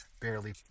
barely